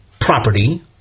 property